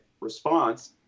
response